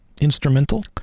instrumental